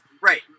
right